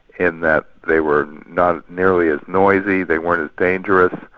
in that they were not nearly as noisy, they weren't as dangerous,